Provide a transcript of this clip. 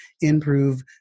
improve